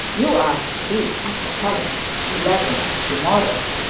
you are to be at the palace at eleven to-morrow